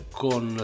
con